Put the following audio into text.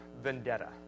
vendetta